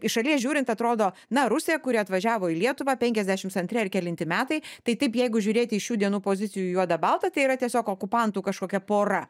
iš šalies žiūrint atrodo na rusija kuri atvažiavo į lietuvą penkiasdešimts antri ar kelinti metai tai taip jeigu žiūrėti į šių dienų pozicijų juoda balta tai yra tiesiog okupantų kažkokia pora